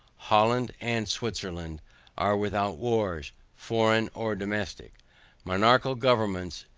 holland and swisserland are without wars, foreign or domestic monarchical governments,